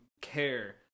care